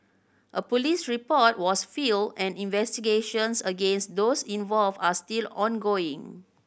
a police report was filed and investigations against those involved are still ongoing